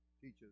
teaches